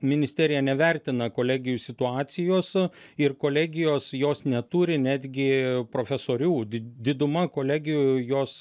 ministerija nevertina kolegijų situacijos ir kolegijos jos neturi netgi profesorių di diduma kolegijų jos